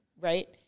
right